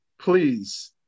please